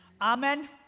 Amen